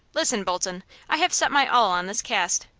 listen, bolton i have set my all on this cast.